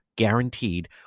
Guaranteed